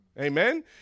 Amen